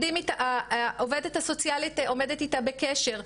העובדת הסוציאלית עומדת איתה בקשר,